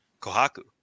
Kohaku